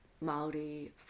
Maori